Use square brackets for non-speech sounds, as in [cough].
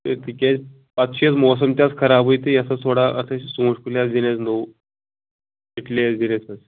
تہٕ تِکیٛازِ پَتہٕ چھِ حظ موسم تہِ حظ خرابٕے تہٕ یَتھ حظ تھوڑا اَتھ أسۍ ژوٗنٛٹھۍ کُلۍ حظ دِنۍ اَسہِ نوٚو اِسلیے [unintelligible]